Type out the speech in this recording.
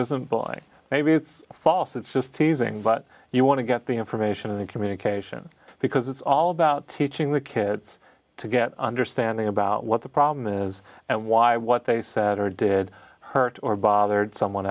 lie maybe it's false it's just teasing but you want to get the information and communication because it's all about teaching the kids to get understanding about what the problem is and why what they said or did hurt or bothered someone